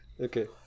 Okay